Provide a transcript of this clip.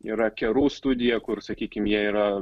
yra kerų studija kur sakykim jie yra